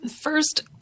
First